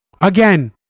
again